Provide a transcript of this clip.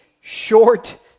short